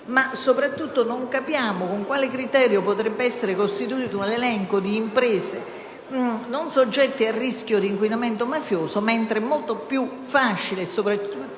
Soprattutto non capiamo con quale criterio potrebbe essere costituito l'elenco di imprese non soggette a rischio di inquinamento mafioso. Sarebbe invece molto più facile e soprattutto